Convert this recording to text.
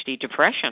depression